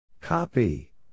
Copy